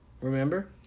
Remember